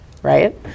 Right